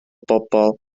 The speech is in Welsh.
bobl